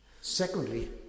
secondly